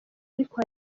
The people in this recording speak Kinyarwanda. ariko